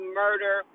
murder